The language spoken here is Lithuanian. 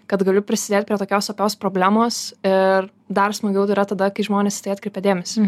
kad galiu prisidėt prie tokios opios problemos ir dar smagiau yra tada kai žmonės į tai atkreipia dėmesį